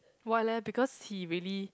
why leh because he really